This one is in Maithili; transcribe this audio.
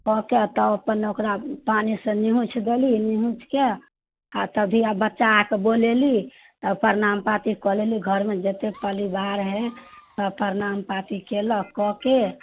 कऽ कऽ तब अपन ओकरा पानिसँ निहुँछि देली निहुँछिकऽ आओर तऽ धिआ बच्चाके बोलैली प्रणाम पाती कऽ लेली घरमे जतेक परिवार हइ सब प्रणाम पाती केलक कऽ कऽ